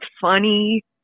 funny